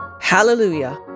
Hallelujah